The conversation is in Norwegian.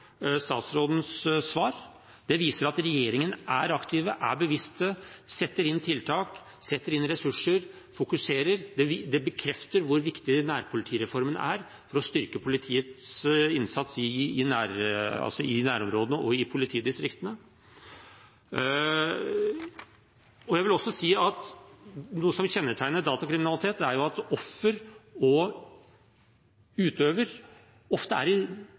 statsrådens svar. Det viser at regjeringen er aktiv, er bevisst, setter inn tiltak, setter inn ressurser og fokuserer. Det bekrefter hvor viktig nærpolitireformen er for å styrke politiets innsats i nærområdene og i politidistriktene. Jeg vil også si at noe som kjennetegner datakriminalitet, er at offer og utøver ofte er i